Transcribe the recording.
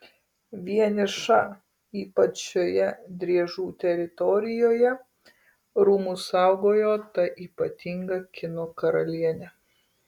vieniša ypač šioje driežų teritorijoje rūmus saugojo ta ypatinga kino karalienė